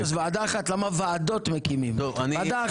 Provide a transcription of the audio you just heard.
אז וועדה אחת, למה מקימים ועדות?